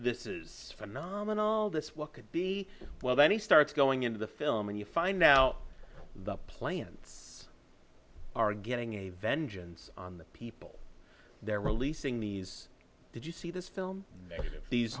this is phenomenal this what could be well then he starts going into the film and you find now the plants are getting a vengeance on the people they're releasing these did you see this film these